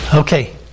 Okay